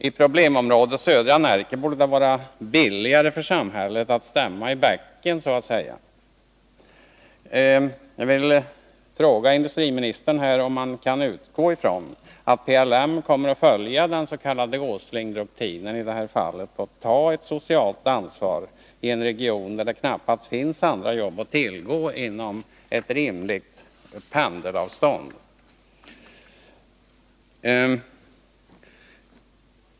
I problemområdet södra Närke borde det vara billigare för samhället att så att säga stämma i bäcken. Jag vill fråga industriministern om man kan utgå ifrån att PLM kommer att följa den s.k. Åslingdoktrinen och ta socialt ansvar i en region där det knappast finns andra jobb att tillgå inom rimligt pendelavstånd.